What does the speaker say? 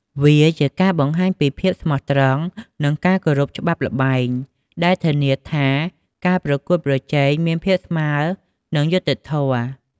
វាជាការបង្ហាញពីភាពស្មោះត្រង់ និងការគោរពច្បាប់ល្បែង ដែលធានាថាការប្រកួតប្រជែងមានភាពស្មើរ និងយុត្តិធម៌។